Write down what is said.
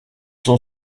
sont